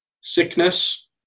sickness